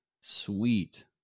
sweet